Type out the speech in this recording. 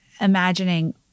imagining